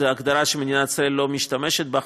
זו הגדרה שמדינת ישראל לא משתמשת בה.